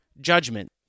judgment